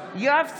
יואב סגלוביץ'